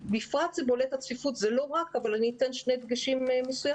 זה לא רק, אבל אני אתן שני דגשים מסוימים.